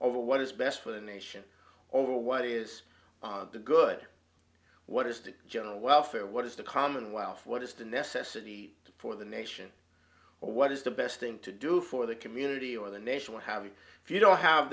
over what is best for the nation or what is the good what is the general welfare what is the commonwealth what is the necessarily for the nation or what is the best thing to do for the community or the nation what have you if you don't have